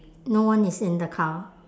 no one is in the car